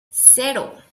cero